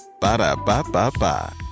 Ba-da-ba-ba-ba